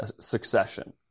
succession